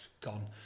gone